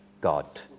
God